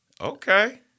Okay